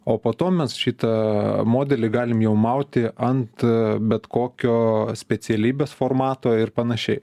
o po to mes šitą modelį galim jau mauti ant bet kokio specialybės formato ir panašiai